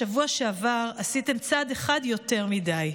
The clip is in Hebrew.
בשבוע שעבר עשיתם צעד אחד יותר מדי,